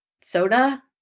soda